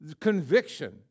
conviction